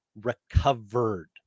recovered